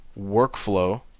workflow